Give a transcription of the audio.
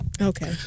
okay